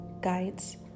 guides